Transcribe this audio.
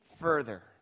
further